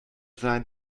sein